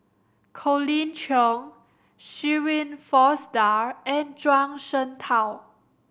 Colin Cheong Shirin Fozdar and Zhuang Shengtao